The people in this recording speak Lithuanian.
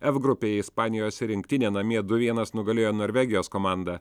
f grupėje ispanijos rinktinė namie du vienas nugalėjo norvegijos komandą